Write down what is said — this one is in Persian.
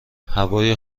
هوای